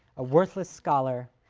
a worthless scholar,